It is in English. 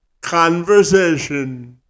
conversation